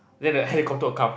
then the helicopter will come